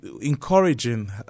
encouraging